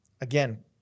again